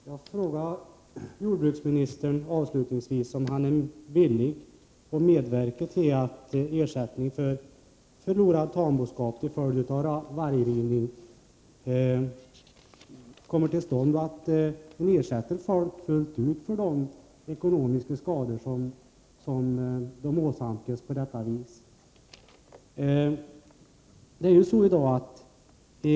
Herr talman! Avslutningsvis vill jag fråga jordbruksministern om han är beredd att medverka till att ersättning utgår för förlorad tamboskap som vargar rivit, dvs. att människor får full ersättning för de ekonomiska skador som åsamkats dem på detta vis.